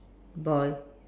boy